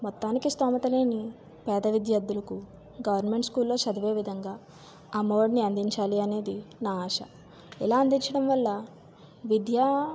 మొత్తానికి స్థోమత లేని పేద విద్యార్థులకు గవర్నమెంట్ స్కూల్లో చదివే విధంగా అమ్మఒడిని అందించాలి అనేది నా ఆశ ఇలా అనిపించడం వల్ల విద్య